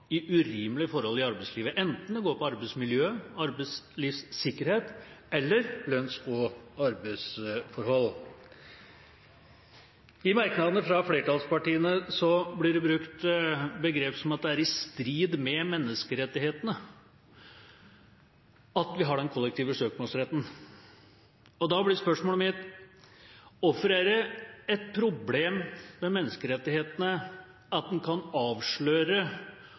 i urimelige forhold i arbeidslivet, enten det går på arbeidsmiljø, arbeidslivssikkerhet, eller lønns- og arbeidsforhold. I merknadene fra flertallspartiene blir det brukt begrep som at det er i strid med menneskerettighetene at vi har den kollektive søksmålsretten. Da blir spørsmålet mitt: Hvorfor er det et problem for menneskerettighetene at en kan avsløre